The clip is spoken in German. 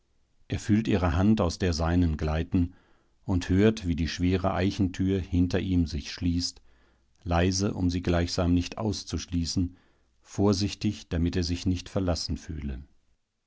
er fühlt ihre hand aus der seinen gleiten und hört wie die schwere eichentür hinter ihm sich schließt leise um sie gleichsam nicht auszuschließen vorsichtig damit er sich nicht verlassen fühle